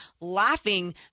laughing